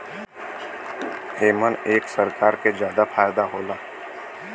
एमन सरकार के जादा फायदा होला